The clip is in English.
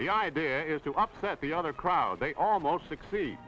the idea is to upset the other crowd they almost succeed